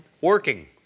working